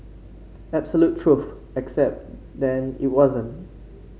absolute truth except then it wasn't